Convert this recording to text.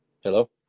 Hello